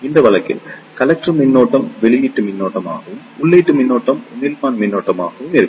அந்த வழக்கில் கலெக்டர் மின்னோட்டம் வெளியீட்டு மின்னோட்டமாகவும் உள்ளீட்டு மின்னோட்டம் உமிழ்ப்பான் மின்னோட்டமாகவும் இருக்கும்